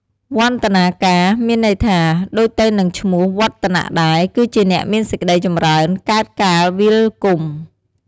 វឌ្ឍនាការ មានន័យថា ដូចទៅនឹងឈ្មោះ វឌ្ឍនៈដែរ គឺជាអ្នកមានសេចក្តីចម្រើន កើតកាលវាលគុម្ព។